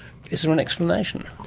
is there an explanation?